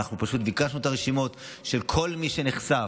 אנחנו פשוט ביקשנו את הרשימות של כל מי שנחשף,